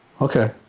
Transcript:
Okay